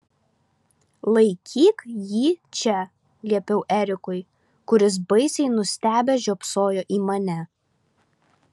laikyk jį čia liepiau erikui kuris baisiai nustebęs žiopsojo į mane